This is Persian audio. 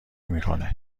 میکنه